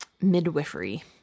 midwifery